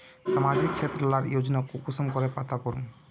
सामाजिक क्षेत्र लार योजना कुंसम करे पता करूम?